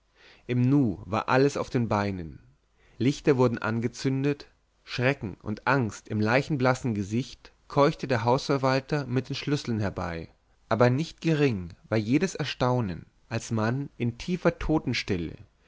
im nu war alles auf den beinen lichter wurden angezündet schrecken und angst im leichenblassen gesicht keuchte der hausverwalter mit den schlüsseln herbei aber nicht gering war jedes erstaunen als man in tiefer totenstille